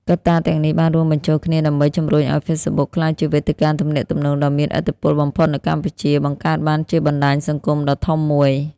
កត្តាទាំងនេះបានរួមបញ្ចូលគ្នាដើម្បីជំរុញឲ្យ Facebook ក្លាយជាវេទិកាទំនាក់ទំនងដ៏មានឥទ្ធិពលបំផុតនៅកម្ពុជា បង្កើតបានជាបណ្តាញសង្គមដ៏ធំមួយ។